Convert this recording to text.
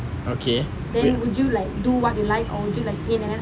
okay